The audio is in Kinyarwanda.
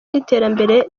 n’iterambere